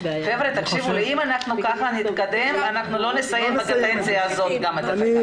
אם כך נתקדם, לא נסיים בקדנציה הזאת את התקנות.